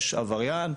יש עבריין,